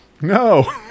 No